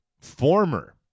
Former